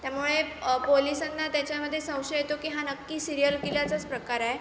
त्यामुळे पोलिसांना त्याच्यामध्ये संशय येतो की हा नक्की सिरियल किलरचाच प्रकार आहे